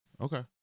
Okay